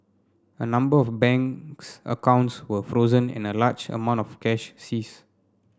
a number of banks accounts were frozen and a large amount of cash seized